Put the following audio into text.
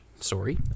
Sorry